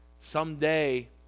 someday